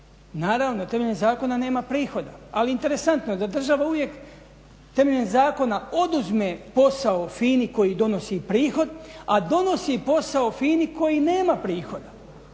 Naravno da temeljem zakona nema prihoda. Ali interesantno je da država uvijek temeljem zakona oduzme posao FINA-i koji donosi prihod a donosi posao FINA-i koji nema prihoda.